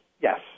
Yes